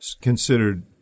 considered